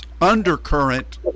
undercurrent